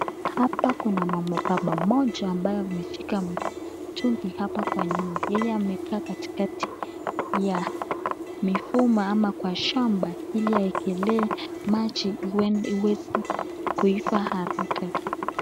Hapa kuna mbaba mmoja ambaye amefika mtungi hapa kwa nyuma. Yeye amekaa katikati ya mifumo ama kwa shamba ili aekelee maji iweze kuiva haraka.